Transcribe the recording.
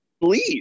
leave